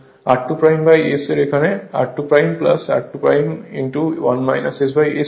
r2S এর এখানে r2 r2 S হবে